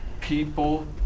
people